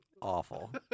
awful